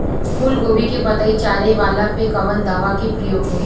फूलगोभी के पतई चारे वाला पे कवन दवा के प्रयोग होई?